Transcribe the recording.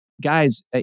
guys